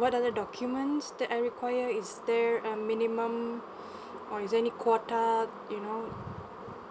what are the documents that are require is there a minimum or is there any quota you know